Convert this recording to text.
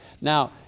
Now